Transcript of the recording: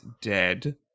dead